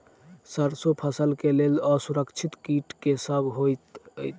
सैरसो फसल केँ लेल असुरक्षित कीट केँ सब होइत अछि?